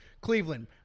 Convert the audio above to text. Cleveland